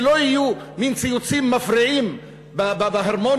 שלא יהיה מין ציוצים מפריעים בהרמוניה